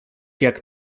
jak